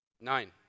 Nine